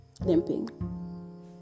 limping